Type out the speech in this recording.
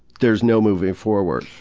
there's no moving forward'.